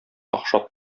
охшап